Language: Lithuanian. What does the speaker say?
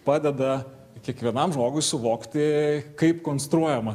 padeda kiekvienam žmogui suvokti kaip konstruojama